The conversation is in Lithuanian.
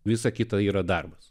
visa kita yra darbas